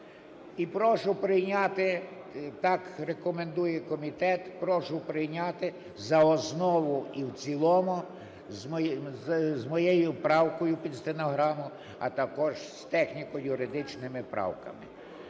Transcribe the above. І прошу прийняти, так рекомендує комітет, прошу прийняти за основу і в цілому з моєю правкою під стенограму, а також з техніко-юридичними правками.